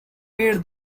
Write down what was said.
made